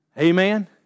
Amen